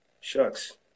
Shucks